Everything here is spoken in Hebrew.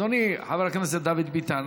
אדוני חבר הכנסת דוד ביטן,